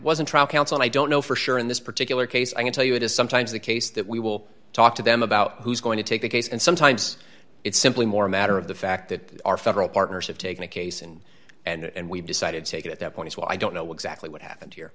counsel i don't know for sure in this particular case i can tell you it is sometimes the case that we will talk to them about who's going to take the case and sometimes it's simply more a matter of the fact that our federal partners have taken a case in and we've decided to take it at that point so i don't know exactly what happened here